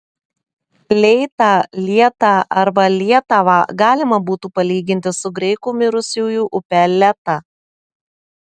leitą lietą arba lietavą galima būtų palyginti su graikų mirusiųjų upe leta